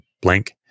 blank